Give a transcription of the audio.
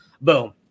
Boom